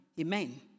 amen